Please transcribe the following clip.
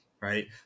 right